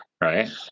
right